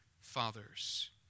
fathers